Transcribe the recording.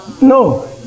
No